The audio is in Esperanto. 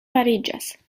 fariĝas